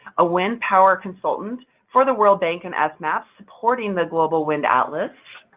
ah wind power consultant for the world bank and esmap, supporting the global wind atlas.